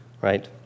right